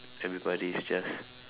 everybody is just